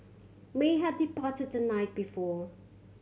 may had departed the night before